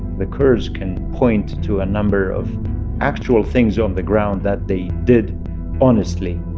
the kurds can point to a number of actual things on the ground that they did honestly